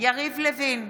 יריב לוין,